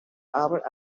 albert